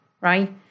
right